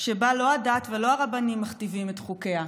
שבה לא הדת ולא הרבנים מכתיבים את חוקיה,